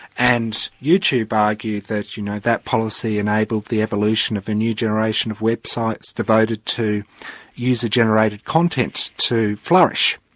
and youtube argued that you know that policy enabled the evolution of a new generation of websites devoted to user-generated content to flourish.